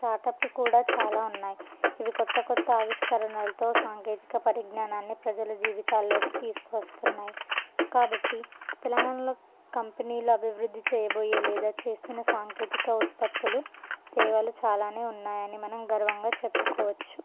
స్టార్ట్అప్లు కూడా చాలా ఉన్నాయి ఇవి కొత్త కొత్త ఆవిష్కరణాలతో సాంకేతికత పరిజ్ఞానాన్ని ప్రజల జీవితాలలో తీసుకు వస్తున్నాయి కాబట్టి తెలంగాణలో కంపెనీలు అభివృద్ధి చేయబోయే లేదా చేస్తున్న సాంకేతిక ఉత్పత్తులు సేవలు చాలా ఉన్నాయి అని మనం గర్వంగా చెప్పుకోవచ్చు